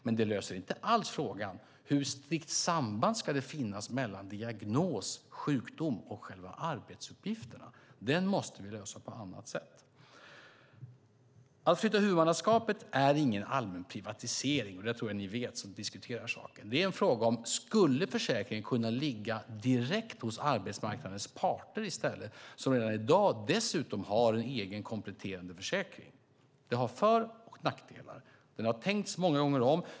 Men det löser inte alls frågan hur strikt samband det ska finnas mellan diagnos, sjukdom och själva arbetsuppgifterna. Den måste vi lösa på annat sätt. Att flytta huvudmannaskapet är ingen allmän privatisering. Det där tror jag att ni som diskuterar saken vet. Frågan gäller om försäkringen i stället skulle kunna ligga direkt hos arbetsmarknadens parter, som redan i dag dessutom har en egen kompletterande försäkring. Detta har för och nackdelar och har tänkts många gånger om.